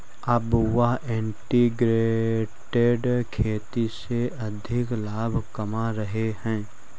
अब वह इंटीग्रेटेड खेती से अधिक लाभ कमा रहे हैं